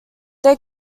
their